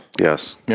Yes